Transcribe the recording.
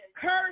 Cursed